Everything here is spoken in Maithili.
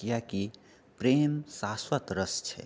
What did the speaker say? किआकि प्रेम शाश्वत रस छै